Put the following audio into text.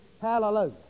Hallelujah